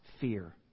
fear